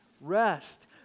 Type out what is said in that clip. rest